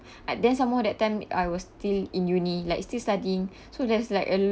uh then some more that time I was still in uni like still studying so there's like a